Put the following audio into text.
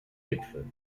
gipfel